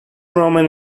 roman